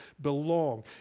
belong